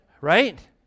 Right